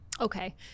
Okay